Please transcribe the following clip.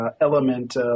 element